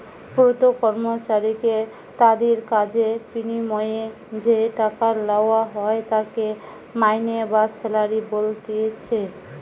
প্রত্যেক কর্মচারীকে তাদির কাজের বিনিময়ে যেই টাকা লেওয়া হয় তাকে মাইনে বা স্যালারি বলতিছে